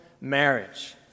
marriage